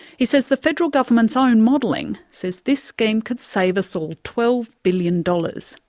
he says the federal government's own modelling says this scheme could save us all twelve billion dollars,